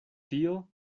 tio